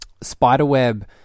Spiderweb